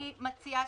אני מציעה